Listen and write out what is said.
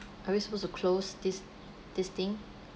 are we supposed to close this this thing